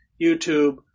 YouTube